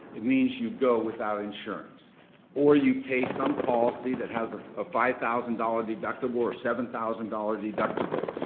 it means you go without insurance or you pay some policy that has a five thousand dollars deductible or seven thousand dollars deductible.